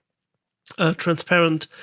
a transparent